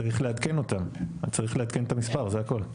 צריך לעדכן אותם, צריך לעדכן את המספר בסך הכל.